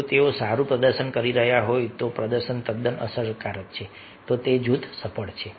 જો તેઓ સારું પ્રદર્શન કરી રહ્યા છે જો પ્રદર્શન તદ્દન અસરકારક છે તો જૂથ સફળ છે